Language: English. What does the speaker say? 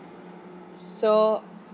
so